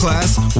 Class